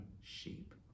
sheep